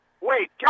wait